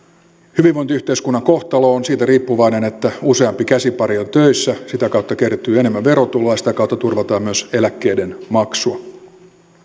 hyvinvointiyhteiskunnan kohtalo on siitä riippuvainen että useampi käsipari on töissä sitä kautta kertyy enemmän verotuloa ja sitä kautta turvataan myös eläkkeiden maksu